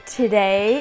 today